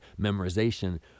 memorization